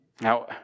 Now